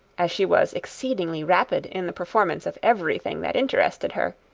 as she was exceedingly rapid in the performance of everything that interested her,